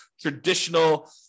traditional